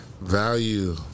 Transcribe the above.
Value